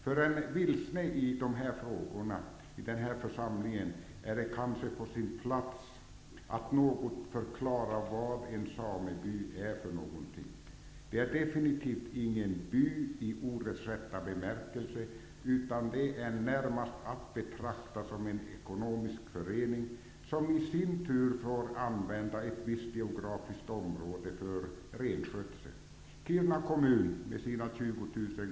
För dem i denna församling som är vilsna i dessa frågor är det kanske på sin plats att jag något förklarar vad en sameby är för något. Det är definitivt inte någon by i ordets rätta bemärkelse, utan den är närmast att betrakta som en ekonomisk förening som i sin tur får använda ett visst geografiskt område för renskötsel.